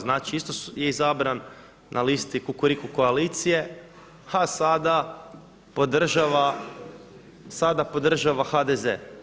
Znači isto je izabran na listi Kukuriku koalicije, a sada podržava HDZ.